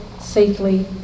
safely